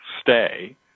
stay